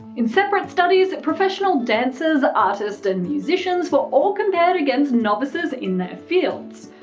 in separate studies, professional dancers, artists, and musicians were all compared against novices in their fields.